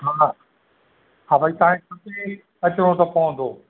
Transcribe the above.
हा हा भाई तव्हांखे खपे अचिणो त पवंदो